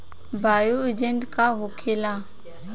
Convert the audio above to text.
Bio agent का होखेला?